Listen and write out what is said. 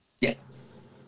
Yes